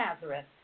Nazareth